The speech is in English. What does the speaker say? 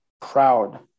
proud